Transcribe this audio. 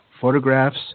photographs